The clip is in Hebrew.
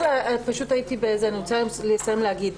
אני רוצה לסיים להגיד.